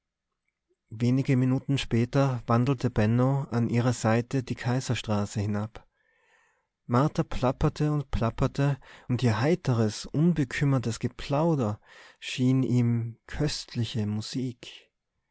wenige minuten später wandelte benno an ihrer seite die kaiserstraße hinab martha plapperte und plapperte und ihr heiteres unbekümmertes geplauder schien ihm köstliche musik